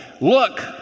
look